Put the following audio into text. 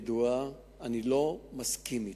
ידועה, אני לא מסכים אתה.